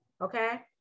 Okay